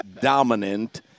dominant